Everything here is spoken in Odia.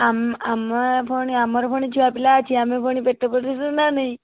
ଆମେ ପୁଣି ଆମର ପୁଣି ଛୁଆ ପିଲା ଅଛି ଆମେ ପୁଣି ପେଟ ପୋଷିବୁ ନା ନାଇଁ